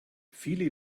viele